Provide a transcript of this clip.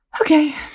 Okay